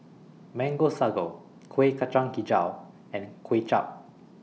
Mango Sago Kueh Kacang Hijau and Kway Chap